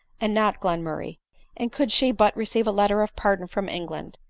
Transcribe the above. and not glenmurray and could she but receive a letter of pardon from england,